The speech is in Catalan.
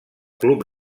club